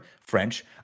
French